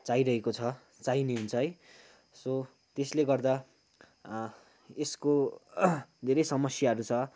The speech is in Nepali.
चाहिरहेको छ चाहिने हुन्छ है सो त्यसले गर्दा यसको धेरै समस्याहरू छ